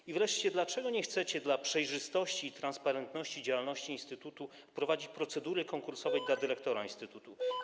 I wreszcie dlaczego nie chcecie dla przejrzystości i transparentności działalności instytutu wprowadzić procedury konkursowej dla dyrektora instytutu?